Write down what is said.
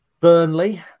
Burnley